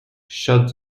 shot